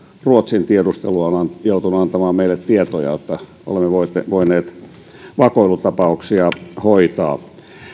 ruotsin tiedustelu on joutunut antamaan meille tietoja jotta olemme voineet vakoilutapauksia hoitaa